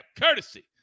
courtesy